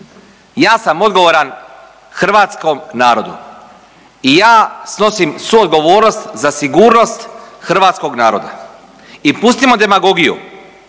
Ja sam odgovoran hrvatskom narodu i ja snosim suodgovornost za sigurnost hrvatskog naroda. I pustimo demagogiju